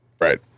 Right